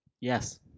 Yes